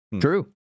true